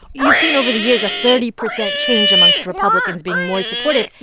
you've seen over the years a thirty percent change amongst republicans being more supportive.